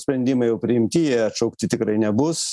sprendimai jau priimti jie atšaukti tikrai nebus